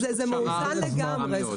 זה מאוזן לגמרי.